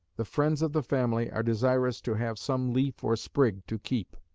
the friends of the family are desirous to have some leaf or sprig to keep.